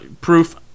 proof